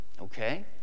Okay